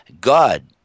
God